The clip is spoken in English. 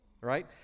right